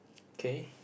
okay